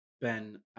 Ben